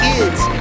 Kids